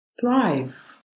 thrive